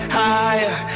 higher